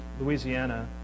Louisiana